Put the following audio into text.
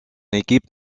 équipe